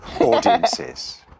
audiences